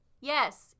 Yes